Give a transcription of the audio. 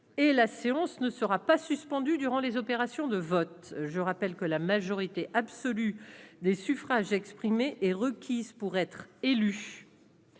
et la séance ne sera pas suspendu durant les opérations de vote, je rappelle que la majorité absolue des suffrages exprimés est requise pour être élu,